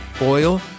oil